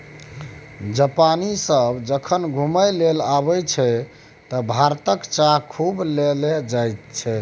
जापानी सभ जखन घुमय लेल अबैत छै तँ भारतक चाह खूब लए जाइत छै